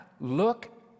look